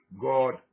God